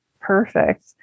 Perfect